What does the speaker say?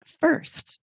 first